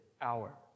hour